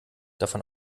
davon